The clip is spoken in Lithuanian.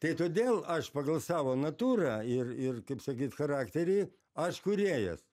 tai todėl aš pagal savo natūrą ir ir kaip sakyt charakterį aš kūrėjas